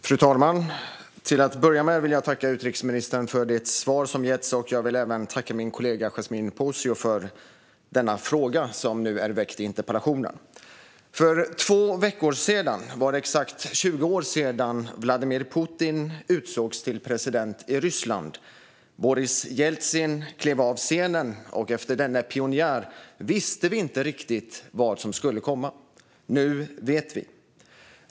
Fru talman! Till att börja med vill jag tacka utrikesministern för det svar som getts, och jag vill även tacka min kollega Yasmine Posio för att hon väckt denna interpellation. För två veckor sedan var det exakt 20 år sedan Vladimir Putin utsågs till president i Ryssland. Boris Jeltsin klev av scenen, och efter denne pionjär visste vi inte riktigt vad som skulle komma. Nu vet vi.